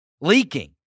leaking